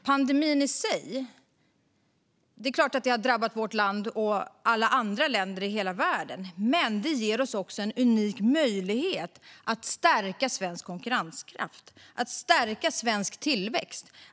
Pandemin har i sig såklart drabbat både vårt land och alla andra länder i hela världen, men den ger oss också en unik möjlighet att stärka svensk konkurrenskraft och tillväxt.